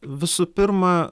visų pirma